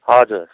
हजुर